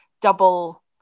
double